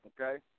Okay